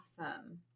Awesome